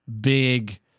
big